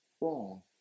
wrong